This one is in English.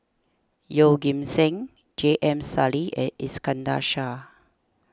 Yeoh Ghim Seng J M Sali and Iskandar Shah